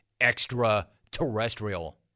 extraterrestrial